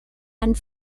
and